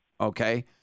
okay